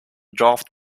draft